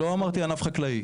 לא אמרתי ענף חקלאי.